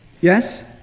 Yes